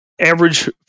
average